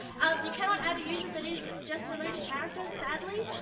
you cannot add a user that is just an emoji character, sadly.